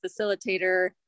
facilitator